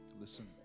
listen